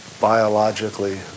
biologically